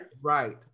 Right